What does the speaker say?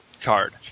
card